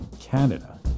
Canada